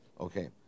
Okay